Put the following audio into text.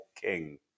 king